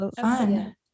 Fun